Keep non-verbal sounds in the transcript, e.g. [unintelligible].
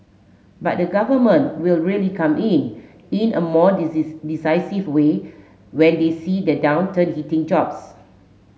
but the Government will really come in in a more [unintelligible] decisive way when they see the downturn hitting jobs